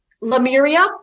Lemuria